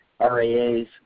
RAAs